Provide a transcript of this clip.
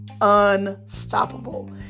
unstoppable